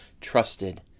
trusted